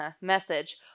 message